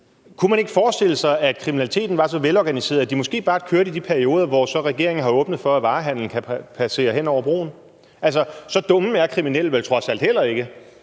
Kunne man ikke forestille sig, at de kriminelle var så velorganiseret, at de måske bare kørte i de perioder, hvor regeringen så har åbnet for, at varehandelen kan passere hen over broen? Så dumme er kriminelle vel trods alt heller ikke,